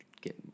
get